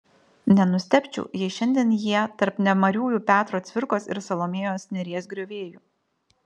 nenustebčiau jei šiandien jie tarp nemariųjų petro cvirkos ir salomėjos nėries griovėjų